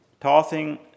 tossing